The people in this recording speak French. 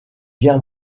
guerre